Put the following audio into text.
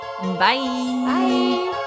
Bye